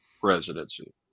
presidency